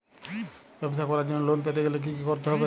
ব্যবসা করার জন্য লোন পেতে গেলে কি কি করতে হবে?